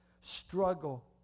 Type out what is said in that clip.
struggle